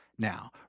now